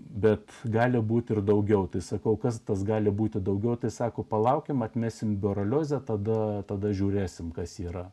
bet gali būti ir daugiau tai sakau kas tas gali būti daugiau tai sako palaukime atmesime liberaliose tada tada žiūrėsime kas yra